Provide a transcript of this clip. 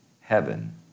heaven